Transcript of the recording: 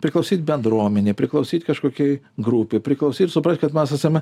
priklausyt bendruomenei priklausyt kažkokiai grupei priklausyt suprast kad mes esam